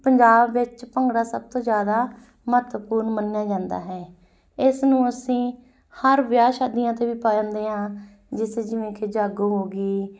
ਪੰਜਾਬ ਵਿੱਚ ਭੰਗੜਾ ਸਭ ਤੋਂ ਜਿਆਦਾ ਮਹੱਤਵਪੂਰਨ ਮੰਨਿਆ ਜਾਂਦਾ ਹੈ ਇਸ ਨੂੰ ਅਸੀਂ ਹਰ ਵਿਆਹ ਸ਼ਾਦੀਆਂ 'ਤੇ ਵੀ ਪਾ ਜਾਂਦੇ ਹਾਂ ਜਿਸ ਜਿਵੇਂ ਕਿ ਜਾਗੋ ਹੋ ਗਈ